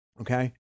okay